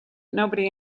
nobody